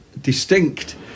distinct